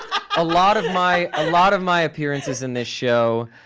a lot of my, a lot of my appearances in this show,